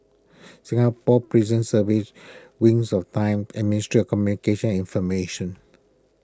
Singapore Prison Service Wings of Time and Ministry of Communications and Information